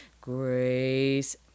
grace